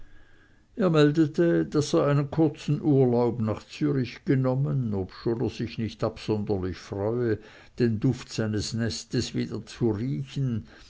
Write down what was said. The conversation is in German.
er meldete daß er einen kurzen urlaub nach zürich genommen obschon er sich nicht absonderlich freue den duft seines nestes wieder zu riechen